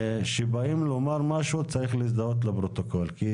כשאומרים משהו צריך להזדהות לפרוטוקול כי